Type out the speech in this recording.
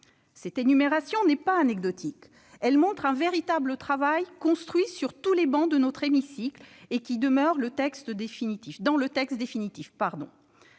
Cette énumération n'est pas anecdotique. Elle reflète un véritable travail, construit sur toutes les travées de notre hémicycle, et qui demeure dans le texte définitif.